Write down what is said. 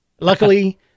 luckily